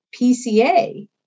PCA